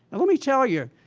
let me tell you.